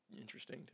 interesting